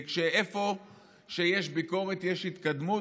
ואיפה שיש ביקורת יש התקדמות,